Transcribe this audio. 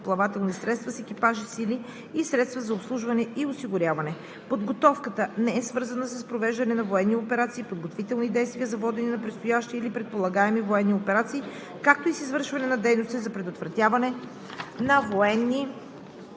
средства с екипаж, сили и средства за обслужване и осигуряване. Подготовката не е свързана с провеждане на военни операции, подготвителни действия за водене на предстоящи или предполагаеми военни операции, както и с извършване на дейности за предотвратяване на военни